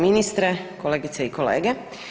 ministre, kolegice i kolege.